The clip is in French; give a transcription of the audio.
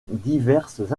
diverses